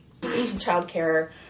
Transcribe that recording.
childcare